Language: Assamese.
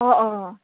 অঁ অঁ